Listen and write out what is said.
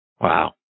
Wow